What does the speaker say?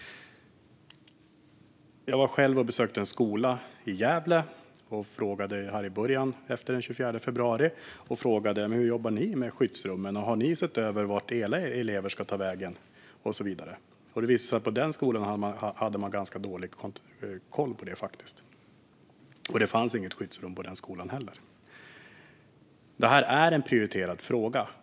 Jag besökte en skola i Gävle efter den 24 februari, och jag frågade: Hur jobbar ni med skyddsrum? Har ni sett över vart era elever ska ta vägen och så vidare? Det visade sig att man på den skolan hade ganska dålig koll på det, och det fanns inte heller något skyddsrum på skolan. Detta är en prioriterad fråga.